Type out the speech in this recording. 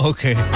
Okay